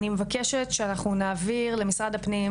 אני מבקשת שאנחנו נעביר למשרד הפנים,